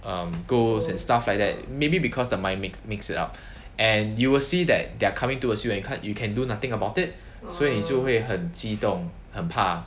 um ghosts and stuff like that maybe because the mind makes makes it up and you will see they are coming towards you and you card you can do nothing about it 所以你就会很激动很怕